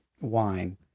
Wine